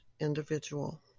individual